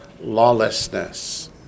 lawlessness